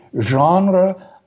genre